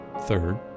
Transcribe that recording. third